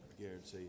Guarantee